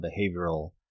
behavioral